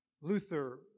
Luther